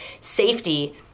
safety